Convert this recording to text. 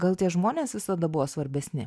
gal tie žmonės visada buvo svarbesni